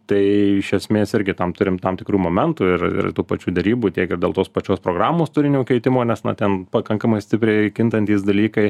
tai iš esmės irgi tam turim tam tikrų momentų ir ir tų pačių derybų tiek ir dėl tos pačios programos turinio keitimo nes na ten pakankamai stipriai kintantys dalykai